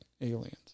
aliens